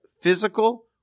physical